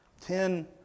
Ten